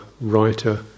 writer